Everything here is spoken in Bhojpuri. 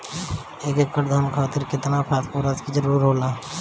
एक एकड़ धान खातीर केतना फास्फोरस के जरूरी होला?